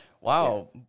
Wow